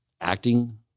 acting